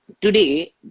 Today